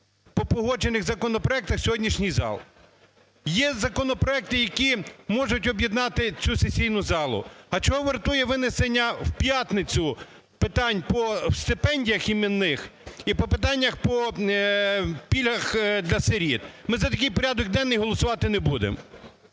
по погоджених законопроектах в сьогоднішній зал. Є законопроекти, які можуть об'єднати цю сесійну залу. А чого вартує винесення в п'ятницю питань по стипендіях іменних і по питаннях по пільгах для сиріт. Ми за такий порядок денний голосувати не будемо.